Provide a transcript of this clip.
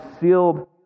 sealed